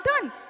done